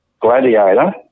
gladiator